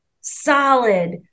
solid